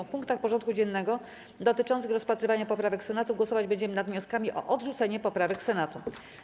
W punktach porządku dziennego dotyczących rozpatrywania poprawek Senatu głosować będziemy nad wnioskami o odrzucenie poprawek Senatu.